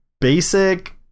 basic